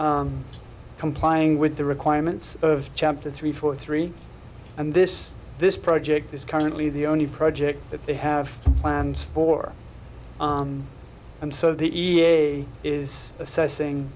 complying with the requirements of chapter three for three and this this project is currently the only project that they have plans for and so the e p a is assessing